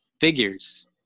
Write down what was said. figures